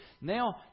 Now